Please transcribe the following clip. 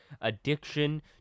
addiction